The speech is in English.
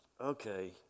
okay